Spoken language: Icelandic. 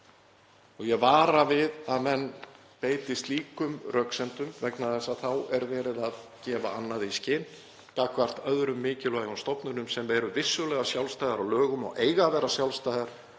Ég vara við að menn beiti slíkum röksemdum vegna þess að þá er verið að gefa annað í skyn gagnvart öðrum mikilvægum stofnunum sem eru vissulega sjálfstæðar að lögum og eiga að vera sjálfstæðar